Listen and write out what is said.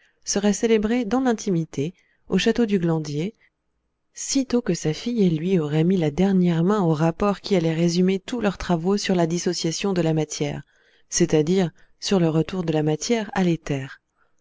serait célébré dans l'intimité au château du glandier sitôt que sa fille et lui auraient mis la dernière main au rapport qui allait résumer tous leurs travaux sur la dissociation de la matière c'est-à-dire sur le retour de la matière